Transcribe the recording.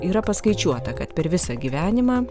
yra paskaičiuota kad per visą gyvenimą